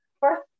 first